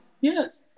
Yes